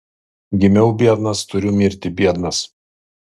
gimiau biednas turiu mirti biednas